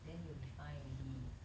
then you will be fine already